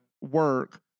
work